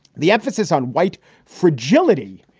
the emphasis on white fragility,